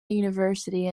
university